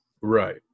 Right